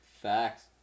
Facts